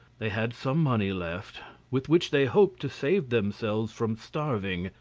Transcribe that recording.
they had some money left, with which they hoped to save themselves from starving,